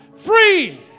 free